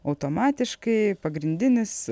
automatiškai pagrindinis